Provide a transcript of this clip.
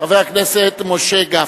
חבר הכנסת משה גפני.